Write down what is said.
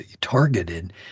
targeted